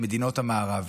למדינות המערב.